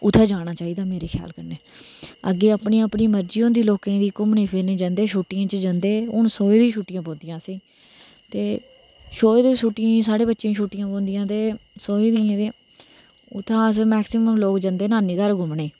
उत्थै जाना चाहिदा मेरे खयाल कन्नै अग्गै अपनी अपनी मर्जी होंदी लोकें दी घूमन फिरन जंदे छुट्टियें च जंदे सोहे दियां छुट्टियां पौंदियां असेंगी ते सोहै दियें छुट्टियें साढ़े बच्चें गी छुट्टियां पदियां सोये दियां ते उत्थे अस मेक्सीमम लोक जंदे नानी घार घूमने गी